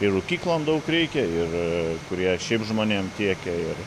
ir rūkyklom daug reikia ir kurie šiaip žmonėm tiekia ir